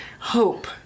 Hope